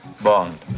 Bond